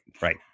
right